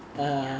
ya